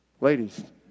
ladies